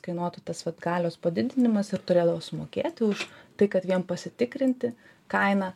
kainuotų tas vat galios padidinimas ir turėdavo sumokėti už tai kad vien pasitikrinti kainą